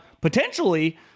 potentially